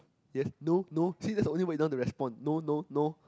yes no no see that's the only way you know how to respond no no no